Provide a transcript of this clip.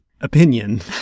opinion